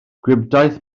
gwibdaith